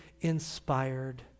inspired